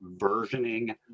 versioning